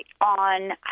on